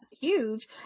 huge